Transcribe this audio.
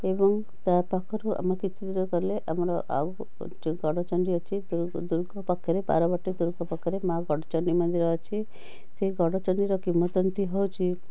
ଏବଂ ତା ପାଖରୁ ଆମେ କିଛି ଦୂରଗଲେ ଆମର ଆଉ ଯେଉଁ ଗଡ଼ଚଣ୍ଡୀ ଅଛି ଦୁର୍ଗ ଦୁର୍ଗ ପାଖରେ ବାରବାଟୀ ଦୁର୍ଗ ପାଖରେ ମାଁ ଗଡ଼ଚଣ୍ଡୀ ମନ୍ଦିର ଅଛି ସେଇ ଗଡ଼ଚଣ୍ଡୀର କିମ୍ବଦନ୍ତୀ ହେଉଛି